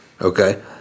okay